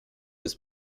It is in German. ist